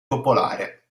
popolare